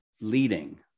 leading